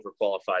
overqualified